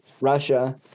Russia